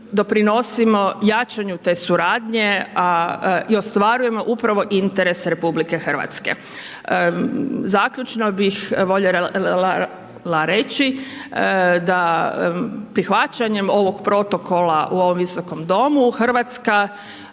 doprinosimo jačanju te suradnje i ostvarujemo upravo interes RH. Zaključno bih voljela reći da prihvaćanjem ovog protokola u ovom Visokom domu,